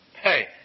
Hey